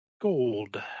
gold